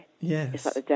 Yes